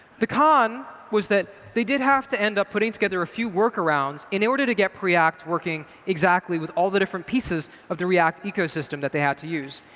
the con was that they did have to end up putting together a few work arounds in order to get preact working exactly with all the different pieces of the react ecosystem that they had to use.